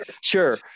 sure